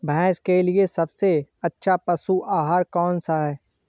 भैंस के लिए सबसे अच्छा पशु आहार कौन सा है?